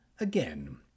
again